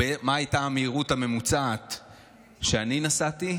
הייתה המהירות הממוצעת שבה נסעתי,